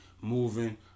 moving